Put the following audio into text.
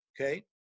okay